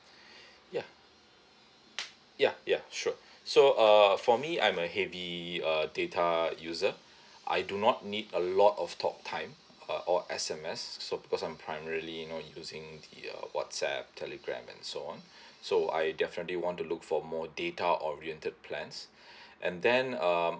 ya ya ya sure so uh for me I'm a heavy uh data user I do not need a lot of talk time uh or S_M_S so bacause I'm primarily you know using the uh whatsapp telegram and so on so I definitely want to look for more data oriented plans and then um